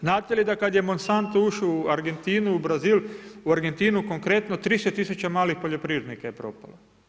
Znate li da kad je Monsanto ušao u Argentinu, Brazilu, u Argentinu konkretno, 300 000 malih poljoprivrednika je propalo.